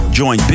join